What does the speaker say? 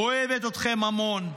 אוהבת אתכם המון.